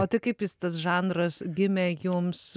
o tai kaip jis tas žanras gimė jums